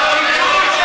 דוד,